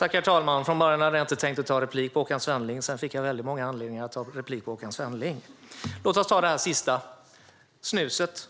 Herr talman! Från början hade jag inte tänkt ta replik på Håkan Svenneling; sedan fick jag väldigt många anledningar att ta replik på Håkan Svenneling. Låt oss börja med det sista, snuset.